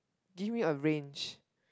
give me a range